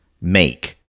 make